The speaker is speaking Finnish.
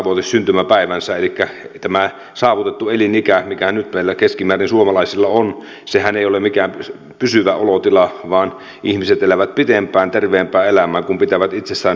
elikkä tämä saavutettu elinikä mikä nyt meillä keskimäärin suomalaisilla on ei ole mikään pysyvä olotila vaan ihmiset elävät pitempään terveempää elämää kun pitävät itsestään hyvän huolen